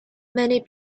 many